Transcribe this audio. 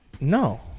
No